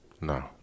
No